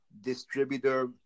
distributor